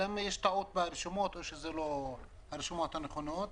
יש טעות ברשומות וזה לא הרשומות הנכונות?